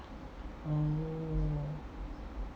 oh